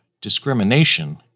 discrimination